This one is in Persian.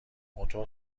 موتور